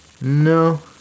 No